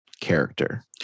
character